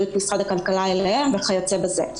אלה שתחת אחריות משרד הכלכלה, אליו וכיוצא באלה.